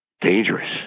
dangerous